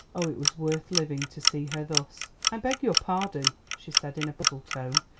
oh, it was worth living to see her thus! i beg your pardon, she said in a puzzled tone,